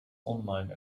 online